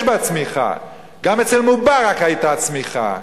יש בה צמיחה, גם אצל מובארק היתה צמיחה.